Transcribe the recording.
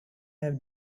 have